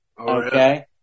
Okay